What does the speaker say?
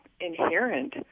inherent